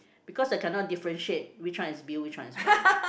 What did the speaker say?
because I cannot differentiate which one is Bill which one is